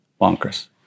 bonkers